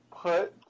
put